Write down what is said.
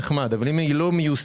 זה נחמד אבל אם היא לא מיושמת,